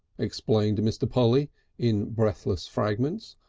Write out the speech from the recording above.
explained mr. polly in breathless fragments.